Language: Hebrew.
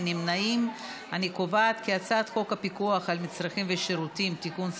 להעביר לוועדה את הצעת חוק הפיקוח על מצרכים ושירותים (תיקון,